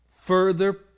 further